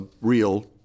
real